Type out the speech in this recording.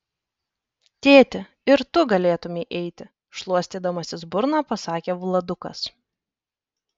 tėti ir tu galėtumei eiti šluostydamasis burną pasakė vladukas